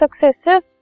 successive